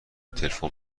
تلفن